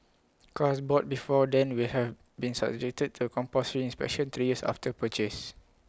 cars bought before then will have been subjected to compulsory inspections three years after purchase